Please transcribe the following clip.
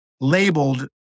labeled